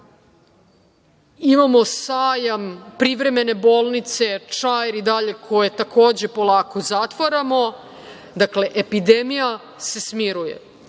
imamo Sajam, privremene bolnice, Čaire i dalje koje takođe polako zatvaramo. Dakle, epidemija se smiruje.